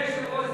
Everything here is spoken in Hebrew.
16 בעד,